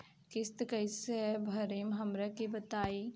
किस्त कइसे भरेम हमरा के बताई?